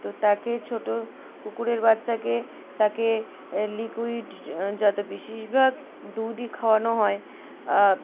তো তাকে ছোটো কুকুরের বাচ্চাকে তাকে লিকুইড যতে বেশিরভাগ দুধই খাওয়ানো হয়